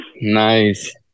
Nice